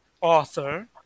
author